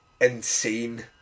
insane